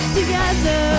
together